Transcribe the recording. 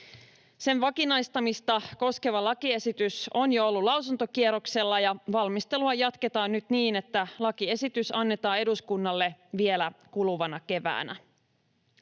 Sen vakinaistamista koskeva lakiesitys on jo ollut lausuntokierroksella, ja valmistelua jatketaan nyt niin, että lakiesitys annetaan eduskunnalle vielä kuluvana keväänä.